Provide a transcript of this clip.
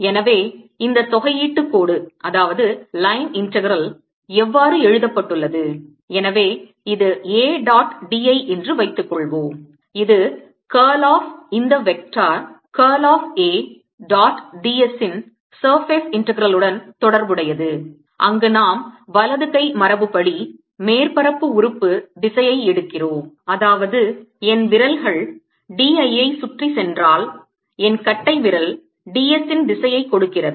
எனவே இந்த தொகையீட்டு கோடு இவ்வாறு எழுதப்பட்டுள்ளது எனவே இது A டாட் d I என்று வைத்துக்கொள்வோம் இது curl of இந்த vector curl of A dot d s இன் surface integral உடன் தொடர்புடையது அங்கு நாம் வலது கை மரபுபடி மேற்பரப்பு உறுப்பு திசையை எடுக்கிறோம் அதாவது என் விரல்கள் d l ஐ சுற்றி சென்றால் என் கட்டைவிரல் d s இன் திசையை கொடுக்கிறது